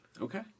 Okay